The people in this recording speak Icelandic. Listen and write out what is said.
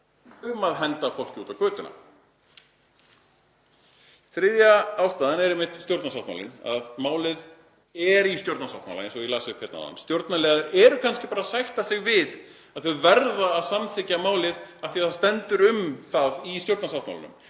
um að henda fólki út á götu. Þriðja ástæðan er stjórnarsáttmálinn. Málið er í stjórnarsáttmála, eins og ég las upp hérna áðan. Stjórnarliðar eru kannski bara að sætta sig við að þau verða að samþykkja málið af því að það er talað um það í stjórnarsáttmálanum.